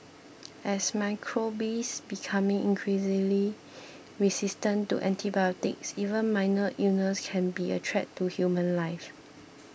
as microbes become increasingly resistant to antibiotics even minor illnesses can be a threat to human life